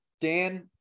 Dan